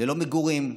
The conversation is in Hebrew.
ללא מגורים,